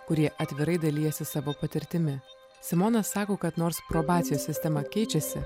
kurie atvirai dalijasi savo patirtimi simona sako kad nors probacijos sistema keičiasi